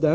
Det